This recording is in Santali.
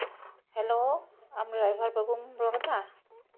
ᱦᱮᱞᱳ ᱟᱢ ᱰᱟᱭᱵᱷᱟᱨ ᱵᱟᱹᱵᱩᱢ ᱨᱚᱲᱫᱟ